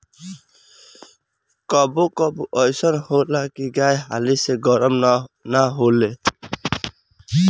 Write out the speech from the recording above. कबो कबो अइसन होला की गाय हाली से गरम ना होले